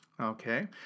Okay